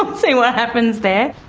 we'll see what happens there!